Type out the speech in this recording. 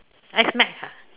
X max ah